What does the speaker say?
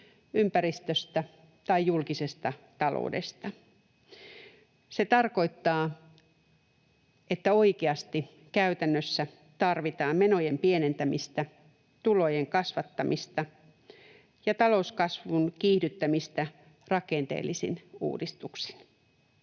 ympäristöstä tai julkisesta taloudesta. Se tarkoittaa, että oikeasti käytännössä tarvitaan menojen pienentämistä, tulojen kasvattamista ja talouskasvun kiihdyttämistä rakenteellisin uudistuksin.